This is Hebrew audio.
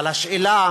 אבל השאלה